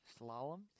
slalom